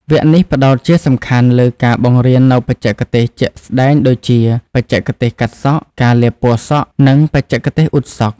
វគ្គនេះផ្តោតជាសំខាន់លើការបង្រៀននូវបច្ចេកទេសជាក់ស្តែងដូចជា បច្ចេកទេសកាត់សក់ ការលាបពណ៌សក់ និងបច្ចេកទេសអ៊ុតសក់។